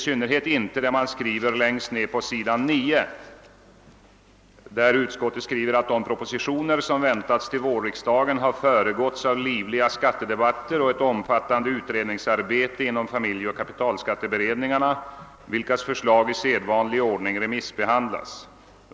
Det gäller i synnerhet utskottets uttalande längst ner på s. 9: »De propositioner som väntas till vårriksdagen har föregåtts av livliga skattedebatter och ett omfattande utredningsarbete inom familjeoch kapitalskatteberedningarna, vilkas förslag i sedvanlig ordning remissbehandlats.